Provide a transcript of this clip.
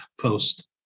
post